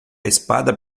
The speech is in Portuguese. espada